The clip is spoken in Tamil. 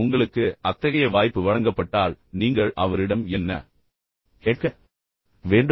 உங்களுக்கு அத்தகைய வாய்ப்பு வழங்கப்பட்டால் நீங்கள் அவரிடம் என்ன கேட்க வேண்டும்